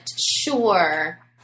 sure